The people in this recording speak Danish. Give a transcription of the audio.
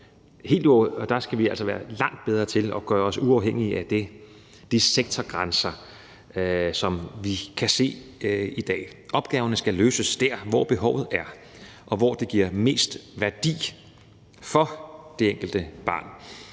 der skal vi altså være langt bedre til at gøre os uafhængige af de sektorgrænser, som vi kan se i dag. Opgaverne skal løses der, hvor behovet er, og hvor det giver mest værdi for det enkelte barn,